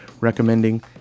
recommending